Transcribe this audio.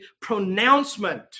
pronouncement